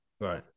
Right